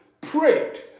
prayed